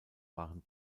waren